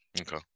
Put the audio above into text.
Okay